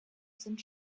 sind